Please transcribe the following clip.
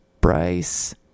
Bryce